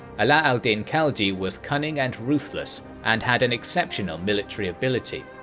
ala al-din khalji was cunning and ruthless, and had an exceptional military ability.